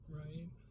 right